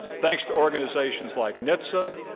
thanks to organizations like nitsa,